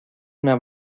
una